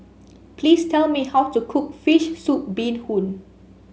please tell me how to cook fish soup Bee Hoon